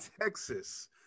Texas